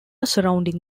surrounding